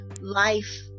life